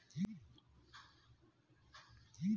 सब्जी फसलों की विपणन प्रणाली क्या है?